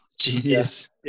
Genius